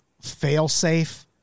fail-safe